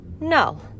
No